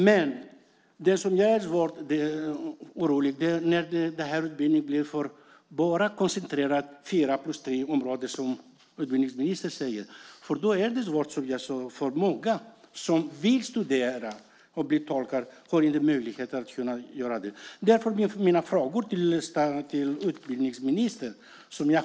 Men det som jag är orolig för är att denna utbildning blir koncentrerad till bara fyra plus tre ställen, som utbildningsministern säger. Då är det nämligen svårt, som jag sade, för många som vill studera och bli tolkar. De har inte möjlighet att göra det. Därför vill jag ställa några frågor till utbildningsministern.